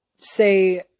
say